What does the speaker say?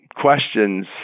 questions